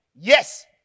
Yes